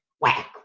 whack